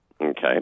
Okay